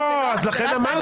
לא, אז לכן אמרתי,